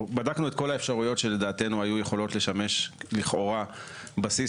בדקנו את כל האפשרויות שיכולות לשמש לכאורה לדעתנו בסיס